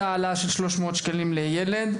אותה העלאה של 300 שקלים לילד,